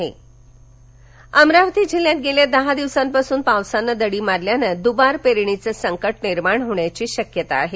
दबार पेरण अमरावती अमरावती जिल्ह्यात गेल्या दहा दिवसांपासून पावसाने दडी मारल्यानं द्वार पेरणीचे संकट निर्माण होण्याची शक्यता आहे